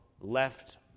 left